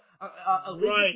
Right